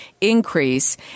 increase